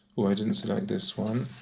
oh, i didn't select this one.